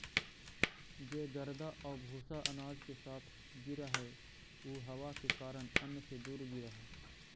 जे गर्दा आउ भूसा अनाज के साथ गिरऽ हइ उ हवा के कारण अन्न से दूर गिरऽ हइ